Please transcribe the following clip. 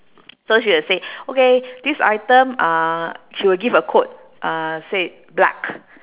so she will say okay this item uh she will give a quote uh say black